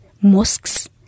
mosques